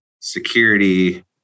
security